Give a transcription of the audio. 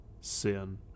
sin